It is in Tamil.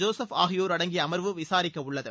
ஜோசுப் ஆகியோரடங்கிய அமர்வு விசாரிக்க உள்ளது